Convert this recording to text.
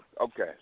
Okay